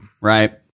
Right